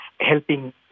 helping